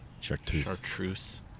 Chartreuse